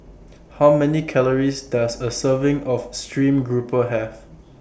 How Many Calories Does A Serving of Stream Grouper Have